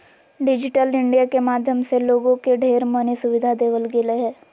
digital India के माध्यम से लोगों के ढेर मनी सुविधा देवल गेलय ह